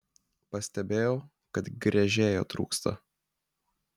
pastebėjau kad gręžėjo trūksta